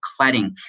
cladding